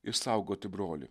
išsaugoti brolį